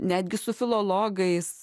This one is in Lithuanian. netgi su filologais